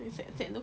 set set tu